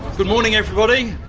good morning everybody.